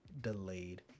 delayed